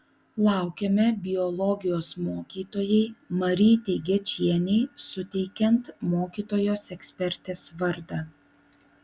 laukiame biologijos mokytojai marytei gečienei suteikiant mokytojos ekspertės vardą